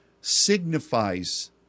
signifies